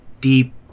deep